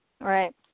Right